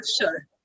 Sure